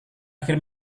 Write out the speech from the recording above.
akhir